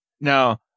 Now